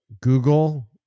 Google